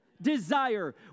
desire